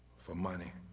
for money.